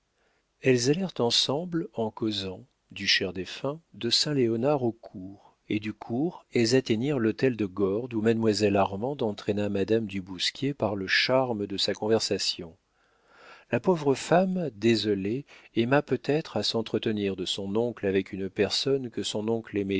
elles allèrent ensemble en causant du cher défunt de saint léonard au cours et du cours elles atteignirent l'hôtel de gordes où mademoiselle armande entraîna madame du bousquier par le charme de sa conversation la pauvre femme désolée aima peut-être à s'entretenir de son oncle avec une personne que son oncle